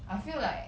I feel like